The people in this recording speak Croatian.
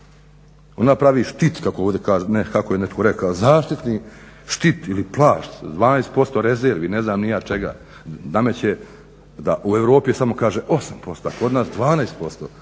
kaže, ne kako je netko rekao, zaštitni štit ili plašt s 12% rezervi, ne znam ni ja čega, nameće da u Europi samo kaže 8%, a kod nas 12%